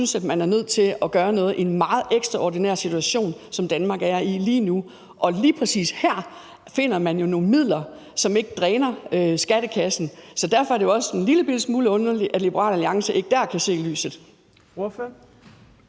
at man nødt til at gøre noget i en meget ekstraordinær situation, som Danmark er i lige nu. Og lige præcis her finder man jo nogle midler, som ikke dræner skattekassen, så derfor er det også en lillebitte smule underligt, at Liberal Alliance ikke der kan se lyset.